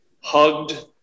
hugged